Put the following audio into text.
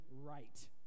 right